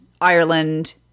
Ireland